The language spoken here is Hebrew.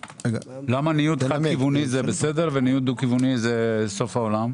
למה ניוד כיווני זה בסדר וניוד דו כיווני זה סוף העולם?